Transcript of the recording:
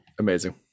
Amazing